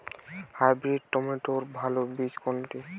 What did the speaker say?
Hybrid টমেটোর ভালো বীজ কোনটি?